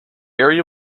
area